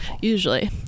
Usually